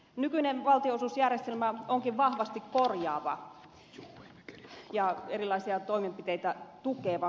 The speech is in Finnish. nykyinen valtionosuusjärjestelmä onkin vahvasti korjaava ja erilaisia toimenpiteitä tukeva